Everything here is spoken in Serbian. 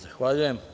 Zahvaljujem.